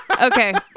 okay